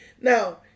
Now